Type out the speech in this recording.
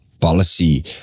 policy